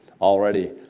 already